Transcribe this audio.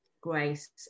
grace